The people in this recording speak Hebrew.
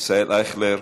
ישראל אייכלר,